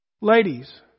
Ladies